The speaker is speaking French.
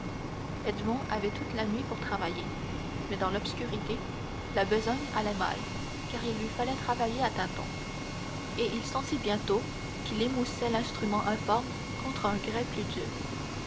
avait toute la nuit pour travailler mais dans l'obscurité la besogne allait mal car il lui fallait travailler à tâtons et il sentit bientôt qu'il émoussait l'instrument informe contre un grès plus dur